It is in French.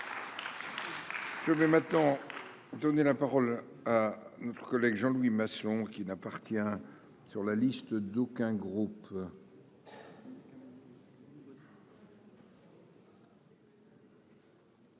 Je vais m'maintenant donner la parole à notre collègue Jean Louis Masson qui n'appartient sur la liste d'aucun groupe.